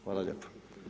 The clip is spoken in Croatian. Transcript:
Hvala lijepo.